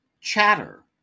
Chatter